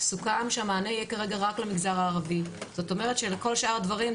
2022 ביחס ל-2019 הוא גידול של כ-1,100 תקנים.